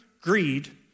greed